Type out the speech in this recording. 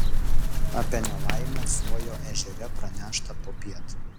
apie nelaimę suojo ežere pranešta popiet